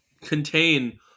contain